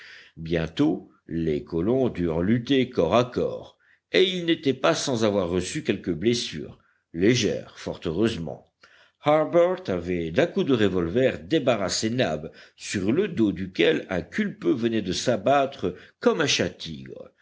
bientôt les colons durent lutter corps à corps et ils n'étaient pas sans avoir reçu quelques blessures légères fort heureusement harbert avait d'un coup de revolver débarrassé nab sur le dos duquel un culpeux venait de s'abattre comme un